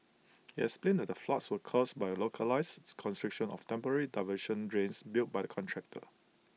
he explained the floods were caused by A localised its constriction of temporary diversion drains built by the contractor